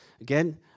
Again